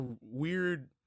weird